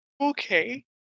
okay